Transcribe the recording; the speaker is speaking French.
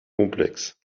complexe